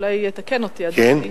אולי יתקן אותי אדוני,